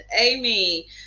Amy